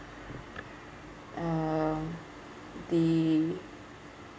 uh the